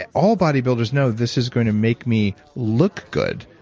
ah all bodybuilders know this is going to make me look good,